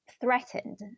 threatened